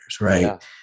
right